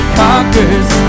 conquers